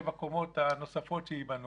שבע קומות הנוספות שייבנו.